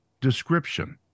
description